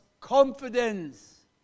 confidence